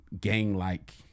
gang-like